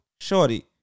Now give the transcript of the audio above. shorty